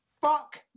Fuck